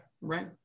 right